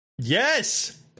Yes